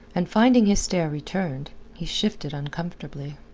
and finding his stare returned, he shifted uncomfortably.